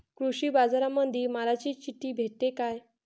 कृषीबाजारामंदी मालाची चिट्ठी भेटते काय?